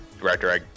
Director